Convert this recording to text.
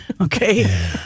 Okay